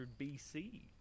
BC